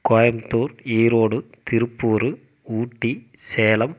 Coimbatore Erode Tiruppur Ooty Salem